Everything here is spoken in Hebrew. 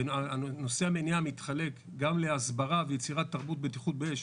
ונושא המניעה מתחלק גם להסברה ויצירת תרבות בטיחות באש.